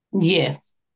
Yes